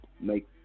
make